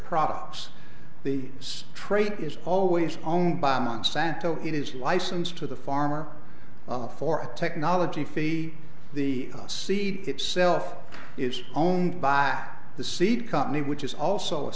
products the strait is always owned by monsanto it is licensed to the farmer for a technology fee the seed itself is owned by the seed company which is also a